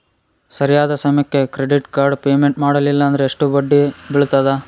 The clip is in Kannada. ಸರಿಯಾದ ಸಮಯಕ್ಕೆ ಕ್ರೆಡಿಟ್ ಕಾರ್ಡ್ ಪೇಮೆಂಟ್ ಮಾಡಲಿಲ್ಲ ಅಂದ್ರೆ ಎಷ್ಟು ಬಡ್ಡಿ ಬೇಳ್ತದ?